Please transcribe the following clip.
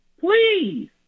Please